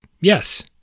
Yes